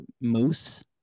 moose